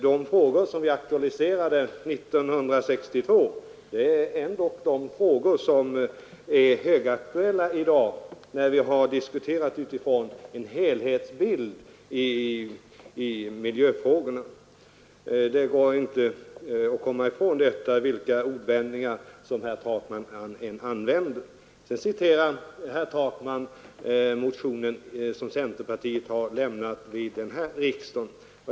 De frågor som vi aktualiserade 1962 är ändock just de som är högaktuella i dag, när vi har diskuterat med utgångspunkt i en helhetsbild av miljöproblemen. Det går inte att komma ifrån detta, vilka ordvändningar herr Takman än tar till. Sedan citerar herr Takman den motion som centerpartiet har lämnat vid årets riksdag.